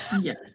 Yes